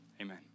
Amen